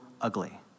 ugly